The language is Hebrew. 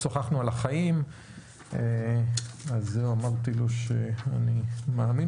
שוחחנו על החיים ואמרתי לו שאני מאמין